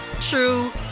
true